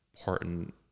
important